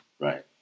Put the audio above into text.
right